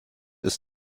ist